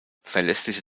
verlässliche